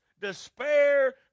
despair